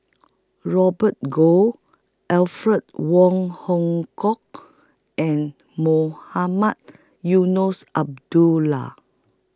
Robert Goh Alfred Wong Hong Kwok and Mohamed Eunos Abdullah